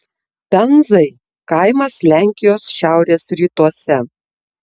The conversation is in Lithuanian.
penzai kaimas lenkijos šiaurės rytuose